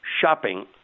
shopping